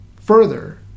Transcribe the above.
further